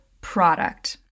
product